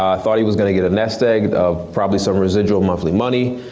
ah thought he was gonna get a nest egg of probably some residual monthly money.